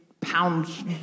pounds